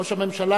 ראש הממשלה,